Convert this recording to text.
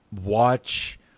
Watch